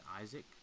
Isaac